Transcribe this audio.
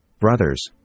brothers